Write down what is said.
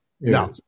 No